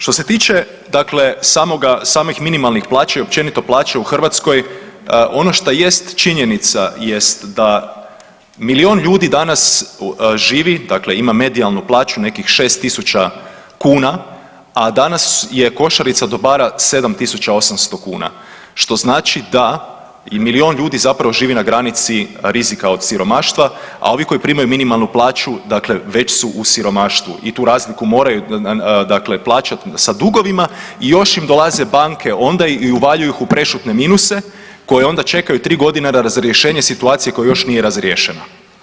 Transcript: Što se tiče samih minimalnih plaća i općenito plaća u Hrvatskoj ono šta jest činjenica jest da milijun ljudi danas živi, dakle ima medijalnu plaću nekih 6.000 kuna, a danas je košarica dobara 7.800 kuna, što znači da i milijun ljudi živi na granici rizika od siromaštva, a ovi koji primaju minimalnu plaću već su u siromaštvu i tu razliku moraju plaćat sa dugovima i još im dolaze banke i uvaljuju ih u prešutne minuse koje onda čekaju tri godine razrješenje situacije koja još nije razriješena.